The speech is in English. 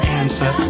answer